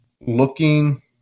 looking